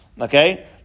Okay